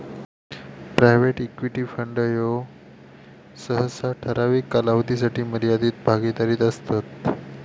private equity fund ह्ये सहसा ठराविक कालावधीसाठी मर्यादित भागीदारीत असतत